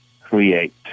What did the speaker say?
create